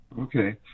Okay